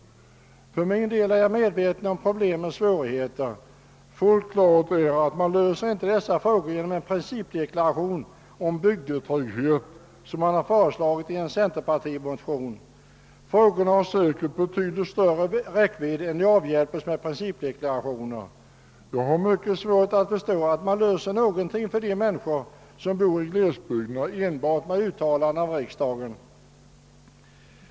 För min del är jag medveten om svårigheterna. Fullt klart är att man inte löser dessa frågor genom en principdeklaration om »bygdetrygghet», som föreslagits i en centerpartimotion. Frågorna har säkert betydligt större räckvidd. Jag har mycket svårt att förstå att man löser några problem för de människor som bor i glesbygderna enbart med uttalanden av riksdagen.